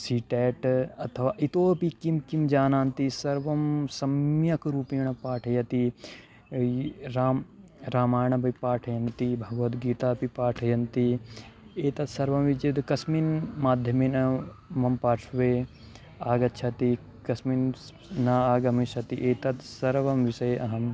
सिट्याट् अथवा इतोपि किं किं जानान्ति सर्वं सम्यक् रूपेण पाठयति य राम् रामायणं पाठयन्ति भगवद्गीतापि पाठयन्ति एतद् सर्वमिति चेद् कस्मिन् माध्यमेन मम पार्श्वे आगच्छति कस्मिन् न आगमिष्यति एतद् सर्व विषये अहम्